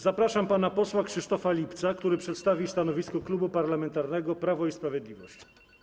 Zapraszam pana posła Krzysztofa Lipca, który przedstawi stanowisko Klubu Parlamentarnego Prawo i Sprawiedliwość.